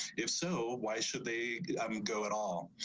if so, why should they go at all.